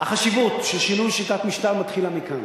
החשיבות של שינוי שיטת משטר מתחילה מכאן,